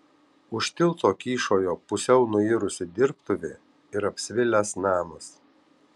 už tilto kyšojo pusiau nuirusi dirbtuvė ir apsvilęs namas